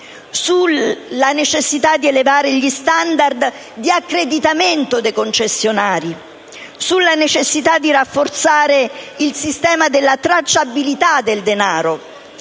sulla necessità di elevare gli *standard* di accreditamento dei concessionari e di rafforzare il sistema della tracciabilità del denaro,